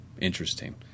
interesting